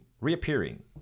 reappearing